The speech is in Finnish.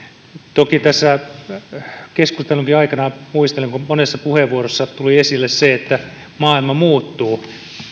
toki tässä keskustelunkin aikana muistelen kun monessa puheenvuorossa tuli esille se että maailma muuttuu